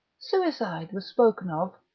suicide was spoken of,